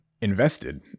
invested